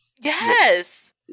yes